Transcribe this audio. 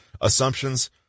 assumptions